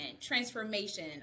transformation